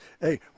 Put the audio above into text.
hey